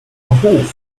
hoch